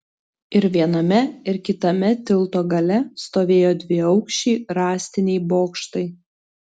ir viename ir kitame tilto gale stovėjo dviaukščiai rąstiniai bokštai